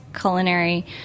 culinary